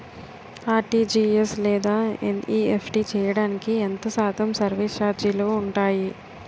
RTGS లేదా NEFT చేయడానికి ఎంత శాతం సర్విస్ ఛార్జీలు ఉంటాయి?